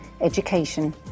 education